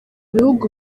bihugu